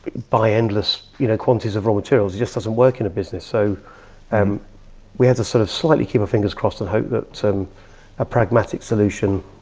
but buy endless, you know, quantities of raw materials. it just doesn't work in a business. so and we had to sort of slightly keep our fingers crossed and hope that so a pragmatic solution,